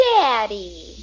Daddy